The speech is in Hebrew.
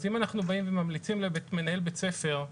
אז אם אנחנו ממליצים למנהל בית ספר,